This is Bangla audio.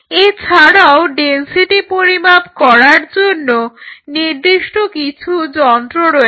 এছাড়াও ডেনসিটি পরিমাপ করার জন্য নির্দিষ্ট কিছু যন্ত্র রয়েছে